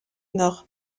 nord